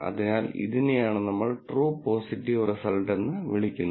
അതിനാൽ ഇതിനെയാണ് നമ്മൾ ട്രൂ പോസിറ്റീവ് റിസൾട്ട് എന്ന് വിളിക്കുന്നത്